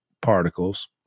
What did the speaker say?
particles